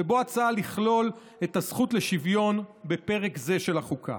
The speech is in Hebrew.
ובו הצעה לכלול את הזכות לשוויון בפרק זה של החוקה.